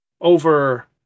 over